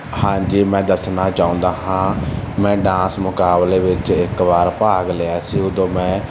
ਹਾਂਜੀ ਮੈਂ ਦੱਸਣਾ ਚਾਹੁੰਦਾ ਹਾਂ ਮੈਂ ਡਾਂਸ ਮੁਕਾਬਲੇ ਵਿੱਚ ਇੱਕ ਵਾਰ ਭਾਗ ਲਿਆ ਸੀ ਉਦੋਂ ਮੈਂ